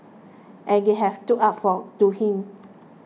and they have stood up for to him